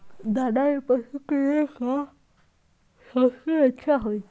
दाना में पशु के ले का सबसे अच्छा होई?